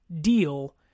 deal